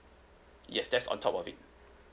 yes that's on top of it